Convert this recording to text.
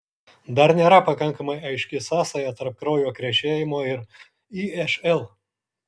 dar nėra pakankamai aiški sąsaja tarp kraujo krešėjimo ir išl